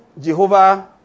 Jehovah